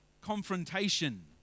confrontation